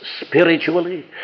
spiritually